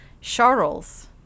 Charles